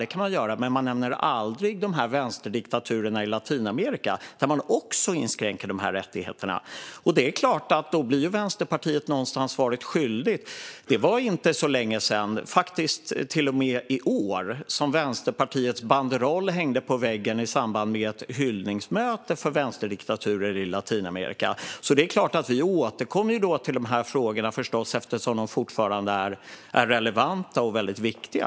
Det kan man göra, men man nämner aldrig de vänsterdiktaturer i Latinamerika där dessa rättigheter också inskränks. Det är klart att Vänsterpartiet då någonstans blir svaret skyldigt. Det var inte så länge sedan - det var faktiskt till och med i år - som Vänsterpartiets banderoll hängde på väggen i samband med ett hyllningsmöte för vänsterdiktaturer i Latinamerika. Det är klart att vi då återkommer till dessa frågor, eftersom de fortfarande är relevanta och väldigt viktiga.